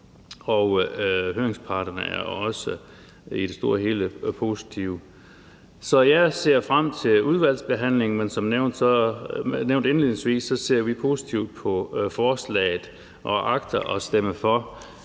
og høringsparterne er også i det store og hele positive. Så jeg ser frem til udvalgsbehandlingen, men som nævnt indledningsvis, ser vi positivt på forslaget og agter at stemme for.